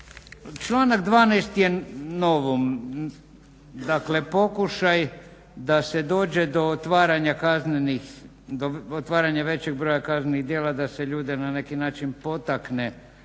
Članak 12.je dakle pokušaj da se dođe do otvaranja većeg broja kaznenih djela da se ljude na neki način potakne